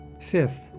Fifth